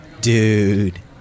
Dude